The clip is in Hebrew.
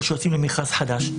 או שיוצאים למכרז חדש.